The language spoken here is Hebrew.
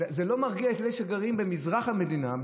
זה לא מרגיע את אלה שגרים במזרח המדינה,